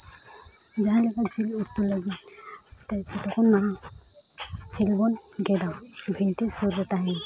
ᱡᱟᱦᱟᱸᱞᱮᱠᱟ ᱡᱤᱞ ᱩᱛᱩ ᱞᱟᱹᱜᱤᱫ ᱮᱱᱛᱮᱫ ᱛᱚᱠᱷᱚᱱ ᱢᱟ ᱡᱤᱞ ᱵᱚᱱ ᱜᱮᱫᱟ ᱵᱷᱤᱱᱴᱤ ᱥᱩᱨ ᱨᱮ ᱛᱟᱦᱮᱱᱟ